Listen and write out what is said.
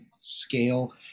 scale